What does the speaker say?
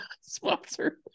sponsor